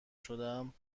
شدم